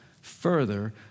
further